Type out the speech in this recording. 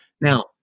Now